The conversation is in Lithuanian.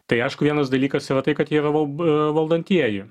tai aišku vienas dalykas yra tai kad jie yra val valdantieji